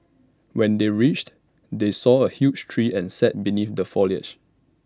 when they reached they saw A huge tree and sat beneath the foliage